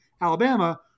Alabama